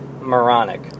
moronic